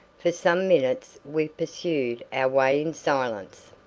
for some minutes we pursued our way in silence.